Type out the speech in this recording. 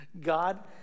God